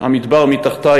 / המדבר מתחתי,